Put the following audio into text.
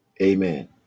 Amen